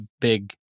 big